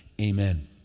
Amen